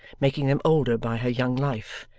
making them older by her young life,